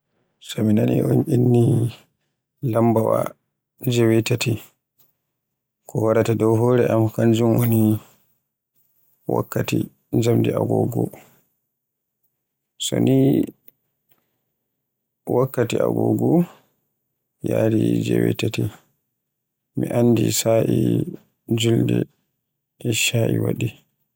So mi nani un inni lambaawa jewetati, ko waraata dow hore am, kanjum woni wakkati jamdi agogo, so ni wakkati agogo yari jewetati, mi anndi sa'i julnde Ishsha waɗi